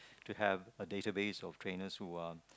to have a database of trainers who are